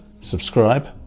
subscribe